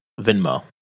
Venmo